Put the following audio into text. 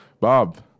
Bob